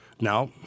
Now